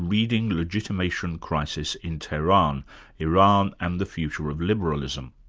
reading legitimation crisis in tehran iran and the future of liberalism.